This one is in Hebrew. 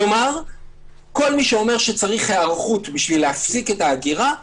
כלומר כל מי שאומר שצריך היערכות כדי להפסיק את האגירה מורח.